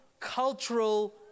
cultural